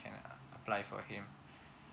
that I can apply for him